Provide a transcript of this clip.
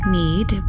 need